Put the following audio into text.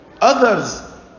Others